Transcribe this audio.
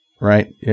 Right